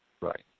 Right